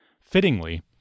Fittingly